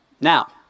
Now